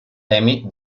amy